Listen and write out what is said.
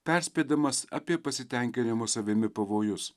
perspėdamas apie pasitenkinimo savimi pavojus